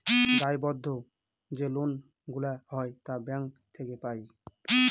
দায়বদ্ধ যে লোন গুলা হয় তা ব্যাঙ্ক থেকে পাই